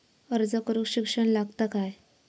अर्ज करूक शिक्षण लागता काय?